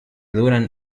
duran